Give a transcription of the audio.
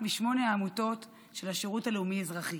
אחת משמונה העמותות של השירות הלאומי-אזרחי.